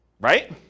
right